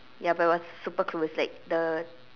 ya but it was super close like the